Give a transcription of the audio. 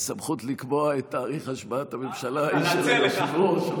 הסמכות לקבוע את תאריך השבעת הממשלה היא של היושב-ראש.